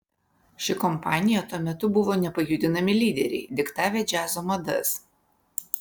ši kompanija tuo metu buvo nepajudinami lyderiai diktavę džiazo madas